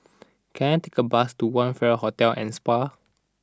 can I take a bus to One Farrer Hotel and Spa